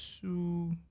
two